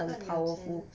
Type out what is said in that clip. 女的有钱